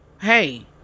hey